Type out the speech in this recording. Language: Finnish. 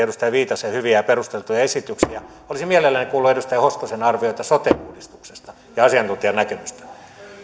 edustaja viitasen hyviä ja perusteltuja esityksiä olisin mielelläni kuullut edustaja hoskosen arvioita sote uudistuksesta ja asiantuntijan näkemystä